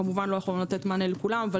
כמובן לא יכולנו לתת מענה לכולם.